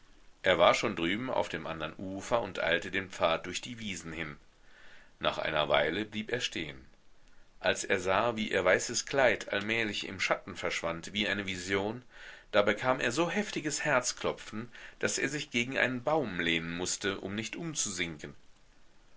er war schon drüben auf dem andern ufer und eilte den pfad durch die wiesen hin nach einer weile blieb er stehen als er sah wie ihr weißes kleid allmählich im schatten verschwand wie eine vision da bekam er so heftiges herzklopfen daß er sich gegen einen baum lehnen mußte um nicht umzusinken